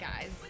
guys